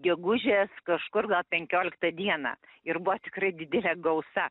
gegužės kažkur gal penkioliktą dieną ir buvo tikrai didelė gausa